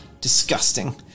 Disgusting